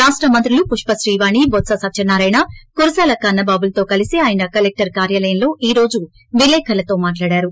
రాష్ట మంత్రులు పుష్ప శ్రీ వాణిల్బొత్స సత్యనారాయణ కురసాల కన్నబాబులతో కలసి తెయన కలెక్టర్ కార్యాలయంలో ఈ రోజు విలేకరుల సమాపేశం మాట్లాడారు